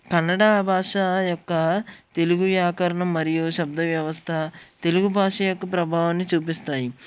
కన్నడ భాష యొక్క తెలుగు వ్యాకరణం మరియు శబ్ద వ్యవస్థ తెలుగు భాష యొక్క ప్రభావాన్ని చూపిస్తాయి